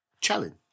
challenge